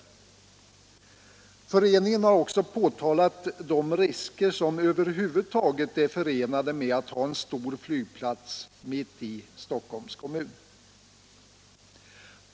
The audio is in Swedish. Föreningen har också påtalat de risker som över huvud taget är förenade med att ha en storflygplats mitt i Stockholms kommun.